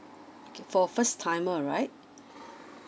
okay for first timer right